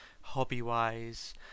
hobby-wise